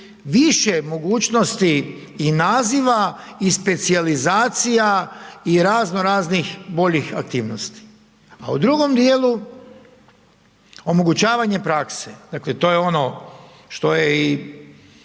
više mogućnosti i naziva i specijalizacija i razno raznih boljih aktivnosti, a u drugom dijelu omogućavanje prakse, dakle to je ono što je i